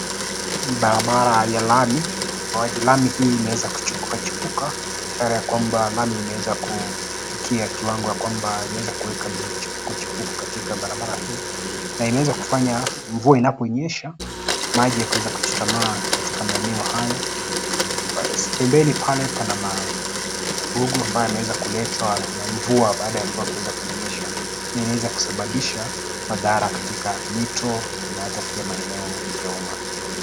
Barabara ya lami ingawaje lami hii imeweza kuchipuka chipuka ishara ya kwamba lami imeweza kufikia kiwango yakwamba imeweza kuweka michipuko chipuko katika barabara hii na imeweza kufanya mvua inaponyesha maji yakaweza kuchutamaa katika maeneo haya. Pembeni pale pana magugu ambayo yameweza kuletwa na mvua baada ya mvua kuweza kunyesha na inaweza kusababisha madhara katika mito na hata pia maeneo ya umma.